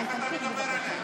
כן, תמשיך, בבקשה.